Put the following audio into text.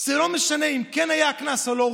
זה לא משנה אם כן היה קנס או לא,